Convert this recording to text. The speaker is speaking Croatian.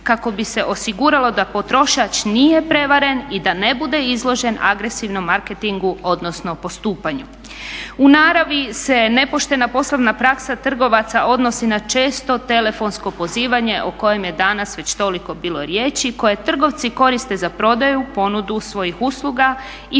kako bi se osiguralo da potrošač nije prevaren i da ne bude izložen agresivnom marketingu odnosno postupanju. U naravi se nepoštena poslovna praksa trgovaca odnosi na često telefonsko pozivanje o kojem je danas već toliko bilo riječi koje trgovci koriste za prodaju, ponudu svojih usluga i